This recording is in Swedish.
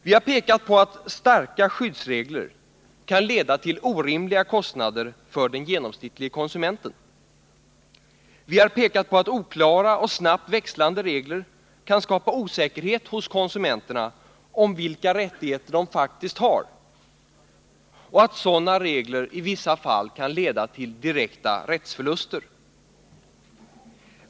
Vi har pekat på att starka skyddsregler kan leda till orimliga kostnader för den genomsnittlige konsumenten. Vi har pekat på att oklara och snabbt växlande regler kan skapa osäkerhet hos konsumenterna om vilka rättigheter de faktiskt har och att sådana regler i vissa fall kan leda till direkta rättsförluster.